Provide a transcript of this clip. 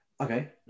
okay